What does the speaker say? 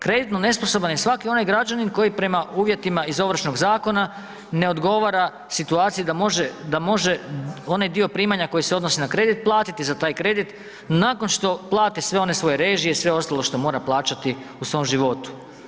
Kreditno nesposoban je svaki onaj građanin koji prema uvjetima iz Ovršnog zakona ne odgovara situaciji da može, da može onaj dio primanja koji se odnosi na kredit platiti za taj kredit nakon što plati sve one svoje režije i sve ostalo što mora plaćati u svom životu.